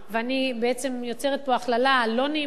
ואני בעצם יוצרת פה הכללה לא נעימה,